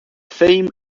theme